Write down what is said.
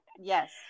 Yes